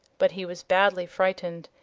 but he was badly frightened,